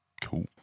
Cool